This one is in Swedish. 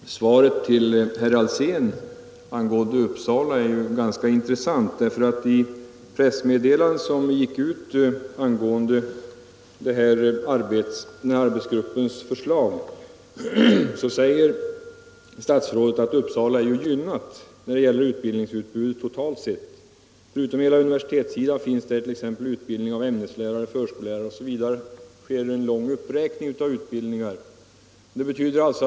Herr talman! Det föregående svaret till herr Alsén angående Uppsala är ganska intressant därför att statsrådet i pressmeddelandet rörande arbetsgruppens förslag säger att Uppsala är gynnat när det gäller utbildningsutbudet totalt sett. Förutom hela universitetssidan finns där t.ex. utbildning av ämneslärare, förskollärare osv. Det är en lång uppräkning av utbildningslinjer i meddelandet.